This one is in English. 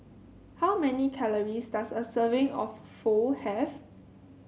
how many calories does a serving of Pho have